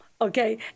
Okay